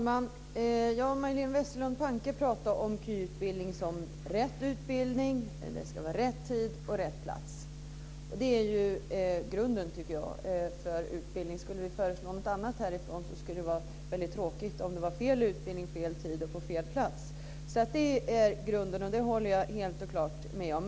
Herr talman! Majléne Westerlund Panke talar om KY som rätt utbildning, att den ska ske i rätt tid och på rätt plats. Det tycker jag är grunden för utbildning. Skulle vi föreslå något annat här ifrån skulle det vara väldigt tråkigt; om det var fel utbildning, vid fel tid och på fel plats. Det är alltså grunden och det håller jag helt och klart med om.